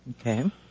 Okay